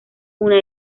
una